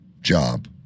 job